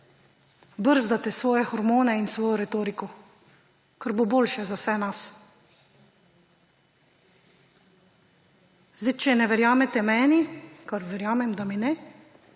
brzdate svoje hormone in svojo retoriko, ker bo boljše za vse nas. Če ne verjamete meni, kar verjamem, da mi ne,